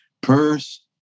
Purse